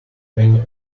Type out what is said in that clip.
penny